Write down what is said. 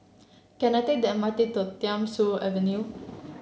can I take the M R T to Thiam Siew Avenue